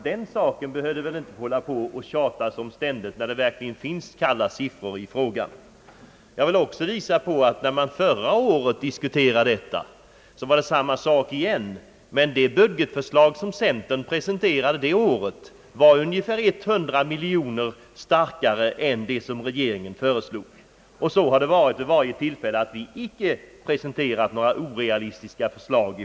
Den saken behöver vi inte ständigt hålla på att tjata om, när det verkligen finns kalla siffror i frågan. Jag vill också visa på att samma förhållande åter uppkom när vi förra året diskuterade detta problem. Det budgetförslag som centern presenterade det året var ungefär 100 miljoner kronor starkare än regeringens förslag. Så har det varit vid varje tillfälle. Centern har inte presenterat något orealistiskt förslag.